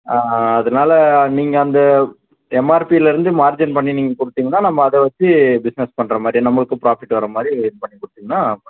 அதனால் நீங்கள் அந்த எம்ஆர்பிலேருந்து மார்ஜின் பண்ணி நீங்கள் கொடுத்தீங்கன்னா நம்ம அதை வெச்சு பிஸ்னஸ் பண்ணுற மாதிரி நம்மளுக்கும் ப்ராஃபிட் வர மாதிரி இது பண்ணிக் கொடுத்தீங்கன்னா